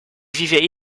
vivaient